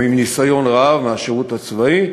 וגם בעלי ניסיון רב מהשירות הצבאי,